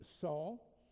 Saul